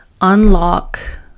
unlock